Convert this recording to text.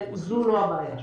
זאת לא הבעיה שלנו.